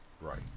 Right